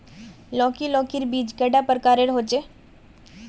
लौकी लौकीर बीज कैडा प्रकारेर होचे?